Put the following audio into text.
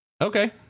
okay